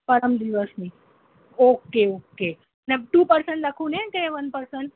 પરમદિવસની okay okay અને two person લખું ને કે વન પર્સન